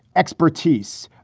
expertise,